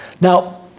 Now